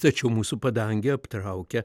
tačiau mūsų padangę aptraukia